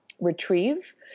retrieve